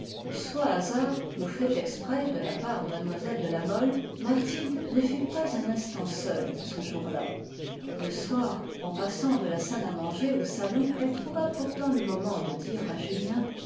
soit hasard ou fait exprès de la part de mlle de la mole mathilde ne fut pas un instant seule ce jour-là le soir en passant de la salle à manger au salon elle trouva pourtant le moment de dire à julien